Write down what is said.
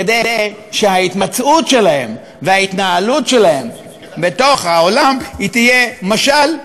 כדי שההתמצאות שלהן וההתנהלות שלהן בעולם יהיו משל,